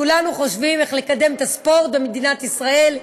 כולנו חושבים איך לקדם את הספורט במדינת ישראל,